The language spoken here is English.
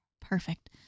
Perfect